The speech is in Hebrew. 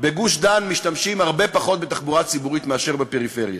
בגוש-דן משתמשים הרבה פחות בתחבורה הציבורית מאשר בפריפריה.